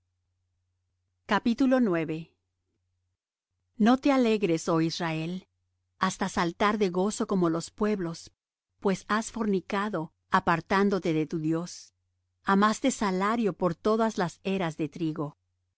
sus palacios no te alegres oh israel hasta saltar de gozo como los pueblos pues has fornicado apartándote de tu dios amaste salario por todas las eras de trigo